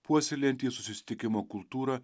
puoselėjantys susitikimo kultūrą